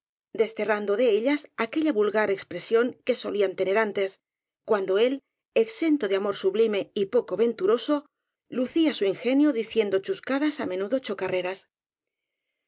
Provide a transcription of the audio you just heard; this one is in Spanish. rrando de ellas aquella vulgar expresión que solían tener antes cuando él exento de amor sublime y poco venturoso lucía su ingenio diciendo chusca das á menudo chocarreras